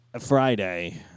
Friday